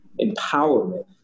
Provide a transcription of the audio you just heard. empowerment